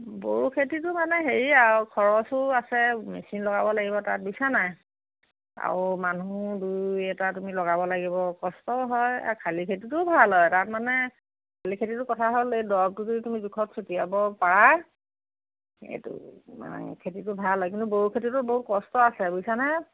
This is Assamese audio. বড়ো খেতিতো মানে হেৰি আৰু খৰচো আছে মেচিন লগাব লাগিব তাত বুজিছানে নাই আৰু মানুহো দুই এটা তুমি লগাব লাগিব কষ্টও হয় আৰু শালি খেতিতোও ভাল হয় তাত মানে শালি খেতিটোৰ কথা হ'ল এই দৰবটো যদি তুমি জোখত ছটিয়াব পাৰা সেইটো মানে খেতিটো ভাল হয় কিন্তু বড়ো খেতিটো কষ্ট আছে বুজিছানে